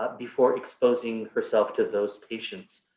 ah before exposing herself to those patients.